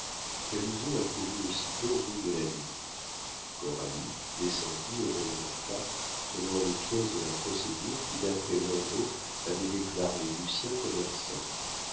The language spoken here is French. débiteur camusot accourut aussitôt rue de la lune coralie descendit et remonta tenant les pièces de la procédure qui d'après l'endos avait déclaré lucien commerçant